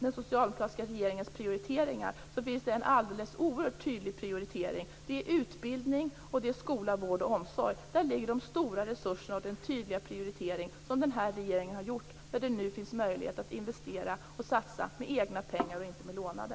Den socialdemokratiska regeringen har en utomordentligt tydlig prioritering av utbildning, skola, vård och omsorg. Där ligger de stora resurserna och den tydliga prioritering som den här regeringen har gjort, när det nu finns möjlighet att investera och satsa med egna pengar och inte med lånade.